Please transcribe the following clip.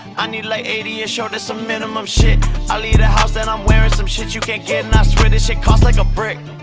i need like eighty a show, that's and some minimum shit i leave the house and i'm wearin' some shit you can't get and i swear this shit cost like a brick